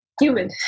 human